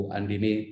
Andini